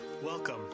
Welcome